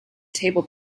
table